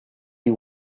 you